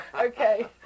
Okay